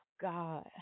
God